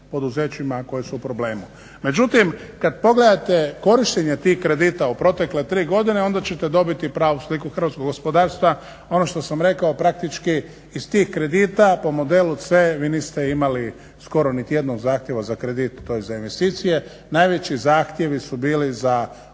poduzećima koji su u problemu. Međutim, kada pogledate korištenje tih kredita u protekle tri godine onda ćete dobiti pravu sliku hrvatskog gospodarstva, ono što sam rekao praktički iz tih kredita po modelu C vi niste imali skoro niti jednog zahtjeva za kredit … za investicije. Najveći zahtjevi su bili za